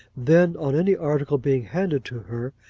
then, on any article being handed to her,